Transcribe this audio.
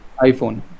iPhone